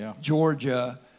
Georgia